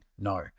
No